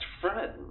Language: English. friend